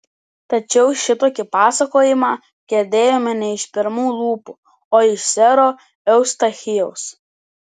tačiau šitokį pasakojimą girdėjome ne iš pirmų lūpų o iš sero eustachijaus